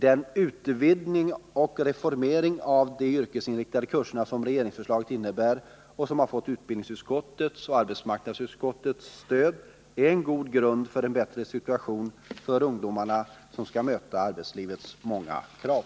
Den utvidgning och reformering av de yrkesinriktade kurserna som regeringsförslaget innebär och som har fått både utbildningsutskottets och arbetsmarknadsutskottets stöd är en god grund för en bättre situation för ungdomarna som skall möta arbetslivets många krav.